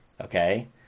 Okay